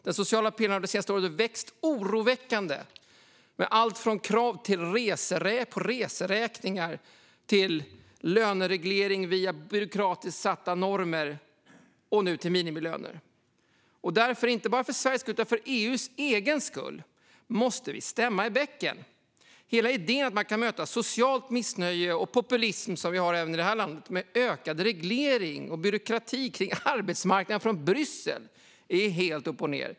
Den sociala pelaren har de senaste åren växt oroväckande med krav på allt från reseräkningar till lönereglering via byråkratiskt satta normer och nu till minimilöner. Därför är det inte bara för Sveriges skull, utan för EU:s egen skull, som vi måste stämma i bäcken. Hela idén att man kan möta socialt missnöje och populism - som vi har även i det här landet - med ökad reglering och byråkrati kring arbetsmarknaden från Bryssel är helt upp och ned.